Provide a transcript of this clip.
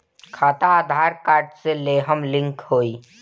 खाता आधार कार्ड से लेहम लिंक होई?